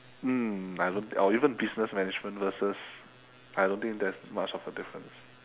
mm I don't or even business management versus I don't think there's much of a difference